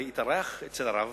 והתארח אצל הרב,